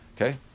Okay